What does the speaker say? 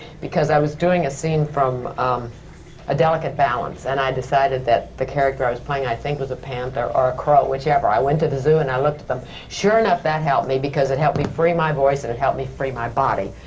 because i was doing a scene from a delicate balance. and i decided that the character i was playing i think was a panther, or a crow, whichever. i went to the zoo and looked at them. sure enough, that helped me, because it helped me free my voice and it helped me free my body,